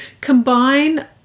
combine